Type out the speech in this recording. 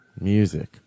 Music